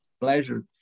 pleasure